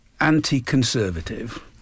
anti-Conservative